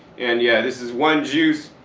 and yeah this is one juice,